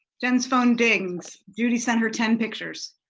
jen's phone dings, judy sent her ten pictures.